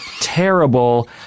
terrible